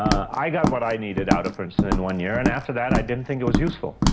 i got what i needed out of princeton in one year and after that i didn't think it was useful.